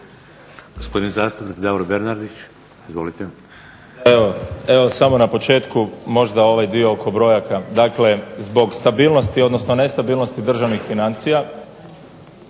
Gospodin zastupnik Davor Bernardić, izvolite.